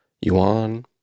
yuan